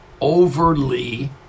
overly